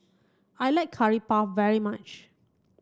I like curry puff very much